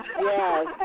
yes